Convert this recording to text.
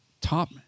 top